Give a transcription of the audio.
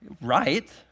Right